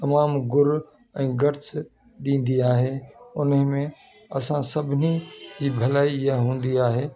तमामु गुर ऐं गर्ट्स ॾींदी आहे उनमें असां सभिनी जी भलाई इहा हूंदी आहे